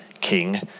king